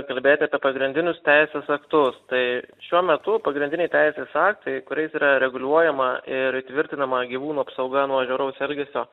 kalbėti apie pagrindinius teisės aktus tai šiuo metu pagrindiniai teisės aktai kuriais yra reguliuojama ir įtvirtinama gyvūnų apsauga nuo žiauraus elgesio